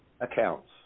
accounts